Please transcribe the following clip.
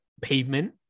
pavement